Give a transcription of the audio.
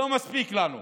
לא מספיק לנו.